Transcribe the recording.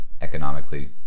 economically